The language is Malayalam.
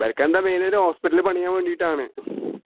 ഇവർക്ക് എന്താണ് മെയിൻ ഒരു ഹോസ്പിറ്റൽ പണിയാൻ വേണ്ടിയിട്ടാണ്